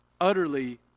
utterly